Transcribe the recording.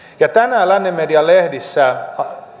ja tänään lännen median lehdissä